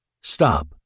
Stop